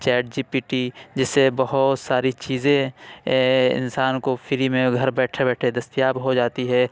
chat G P T جس سے بہت ساری چیزیں انسان کو فری میں گھر بیٹھے بیٹھے دستیاب ہو جاتی ہے